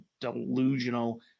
delusional